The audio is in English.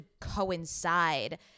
coincide